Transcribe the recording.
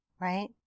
Right